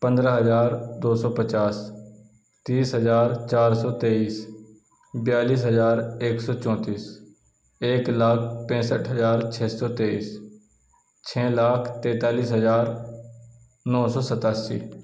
پندرہ ہزار دو سو پچاس تیس ہزار چار سو تیئیس بیالیس ہزار ایک سو چونتیس ایک لاکھ پینسٹھ ہزار چھ سو تیئیس چھ لاکھ تینتالیس ہزار نو سو ستاسی